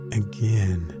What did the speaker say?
again